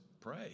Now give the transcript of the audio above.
pray